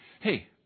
hey